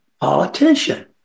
politician